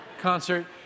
concert